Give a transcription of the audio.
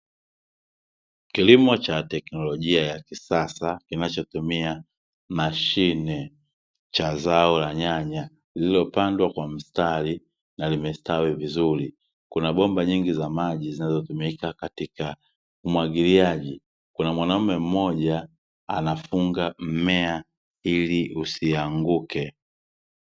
Kilimo cha teknolojia ya kisasa kinachotumia mashine cha zao la nyanya lililopandwa kwa mstari na limestawi vizuri, kuna bomba zinazoingiza maji zinazotumika katika umwagiliaji, kuna mwanaume mmoja anafunga mmea ili usianguke.